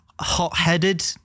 hot-headed